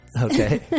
okay